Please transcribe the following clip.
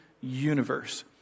universe